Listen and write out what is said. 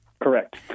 Correct